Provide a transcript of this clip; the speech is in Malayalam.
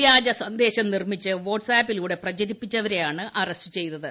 വ്യാജസന്ദേശം നിർമ്മിച്ച് വാട്ട്സ് ആപ്പിലൂടെ പ്രചരിപ്പിച്ചവരെയാണ് അറസ്റ്റ് ചെയ്തത്